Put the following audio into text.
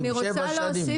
שבע שנים.